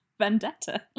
vendetta